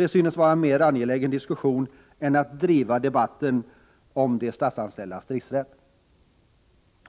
Detta synes vara en mer angelägen diskussion än att driva Onsdagen den debatten om de statsanställdas stridsrätt.